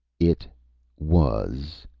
it was.